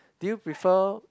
do you prefer